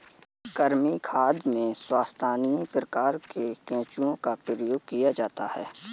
कृमि खाद में स्थानीय प्रकार के केंचुओं का प्रयोग किया जाता है